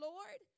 Lord